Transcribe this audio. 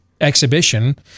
exhibition